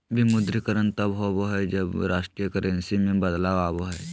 विमुद्रीकरण तब होबा हइ, जब राष्ट्रीय करेंसी में बदलाव आबा हइ